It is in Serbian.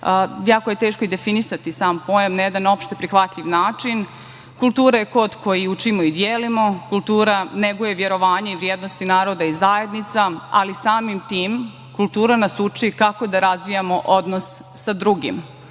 jako je teško i definisati sam pojam na jedan opšte prihvatljiv način. Kultura je kod koji i učimo i delimo, kultura neguje verovanje i vrednosti naroda i zajednica, ali samim tim, kultura nas uči kako da razvijamo odnos sa drugim,